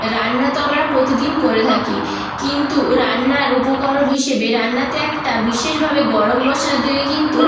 রান্না তো আমরা প্রতিদিন করে থাকি কিন্তু রান্নার উপকরণ হিসেবে রান্নাতে একটা বিশেষভাবে গরম মশলা দিলে কিন্তু